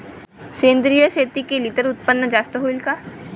सेंद्रिय शेती केली त उत्पन्न जास्त होईन का?